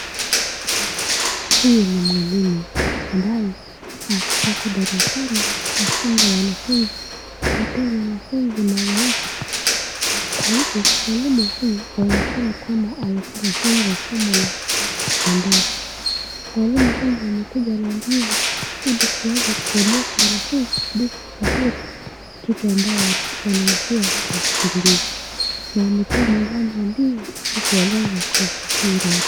Huyu ni mwalimu ambaye ako darasani kuwafunza wanafunzi, kuwapea wanafunzi mawaidha, kwa hivyo mwalimu huyu yuaonekana kuwa alikua anafunza somo la shambani. Mwalimu huyu amekuja na ndizi ili kuweza kusomesha wanafunzi kabisa dhahiri kitu ambayo wanaijua kuhusu ndizi. Na ametoa maganda ya ndizi ili kueleza kwa urahisi na usahihi.